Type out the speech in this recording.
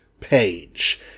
page